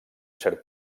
cert